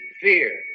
fear